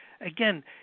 Again